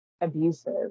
abusive